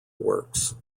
works